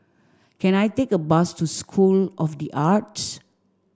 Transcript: can I take a bus to School of The Arts